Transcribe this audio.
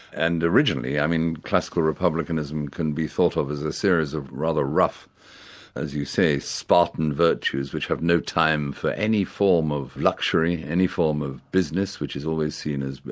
and originally, i mean classical republicanism can be thought of as a series of rather rough as you say, spartan virtues, which have no time for any form of luxury, any form of business, which is always seen as.